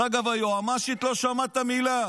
דרך אגב, מהיועמ"שית לא שמעת מילה.